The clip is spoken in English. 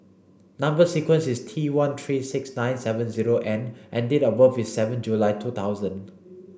number sequence is T one three six nine seven zero N and date of birth is seven July two thousand